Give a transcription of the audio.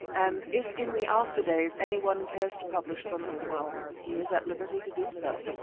and if in the after days anyone cares to publish them, well he is at liberty to do so.